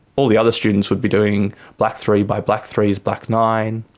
all the other students would be doing black three by black three is black nine,